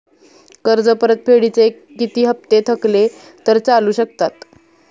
कर्ज परतफेडीचे किती हप्ते थकले तर चालू शकतात?